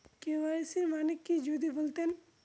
KYC মানে কি যদি বলতেন?